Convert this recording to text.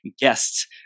guests